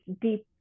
deep